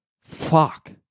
fuck